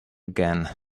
again